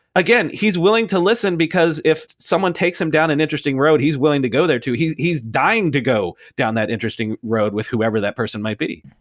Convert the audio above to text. again, he's willing to listen because if someone takes him down an interesting road, he's willing to go there too. he's he's dying to go down that interesting road with whoever that person might be.